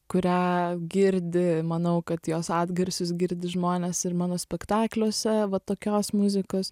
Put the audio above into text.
kurią girdi manau kad jos atgarsius girdi žmonės ir mano spektakliuose va tokios muzikos